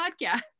podcast